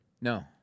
No